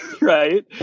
right